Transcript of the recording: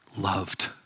loved